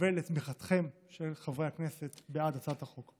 ולתמיכתם של חברי הכנסת בעד הצעת החוק.